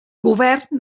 govern